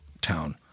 town